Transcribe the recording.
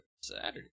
Saturday